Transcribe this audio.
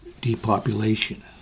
depopulation